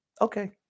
Okay